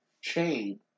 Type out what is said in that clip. chain